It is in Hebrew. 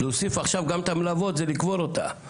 להוסיף עכשיו גם את המלוות זה לקבור אותה.